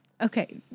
Okay